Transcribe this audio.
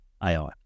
ai